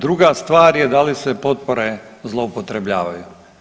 Druga stvar je da li se potpore zloupotrebljavaju.